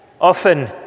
Often